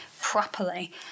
properly